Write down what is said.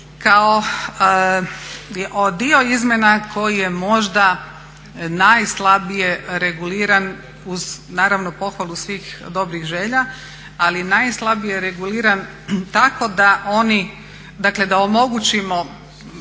kao dio izmjena koji je možda najslabije reguliran uz naravno pohvalu svih dobrih želja, ali najslabije je reguliran. Tako da omogućimo